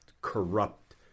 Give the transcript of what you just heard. corrupt